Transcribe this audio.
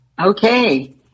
Okay